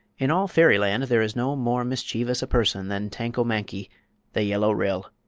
in all fairyland there is no more mischievous a person than tanko-mankie the yellow ryl.